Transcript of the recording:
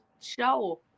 show